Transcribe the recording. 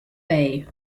bay